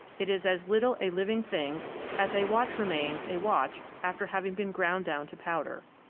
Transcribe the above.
it is as little a living thing as a watch remains a watch after having been ground down to powder.